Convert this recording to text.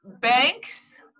banks